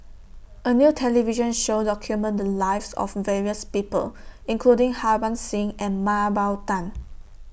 A New television Show documented The Lives of various People including Harbans Singh and Mah Bow Tan